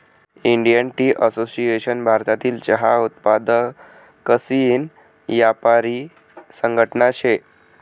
Indian Tea Association भारतीय चहा उत्पादकसनी यापारी संघटना शे